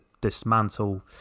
dismantle